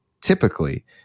typically